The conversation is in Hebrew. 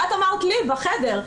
את אמרת לי בחדר,